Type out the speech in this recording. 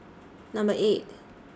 Number eight